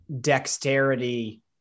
dexterity